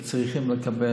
וצריכים לקבל,